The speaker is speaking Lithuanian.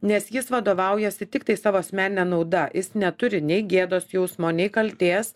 nes jis vadovaujasi tiktai savo asmenine nauda jis neturi nei gėdos jausmo nei kaltės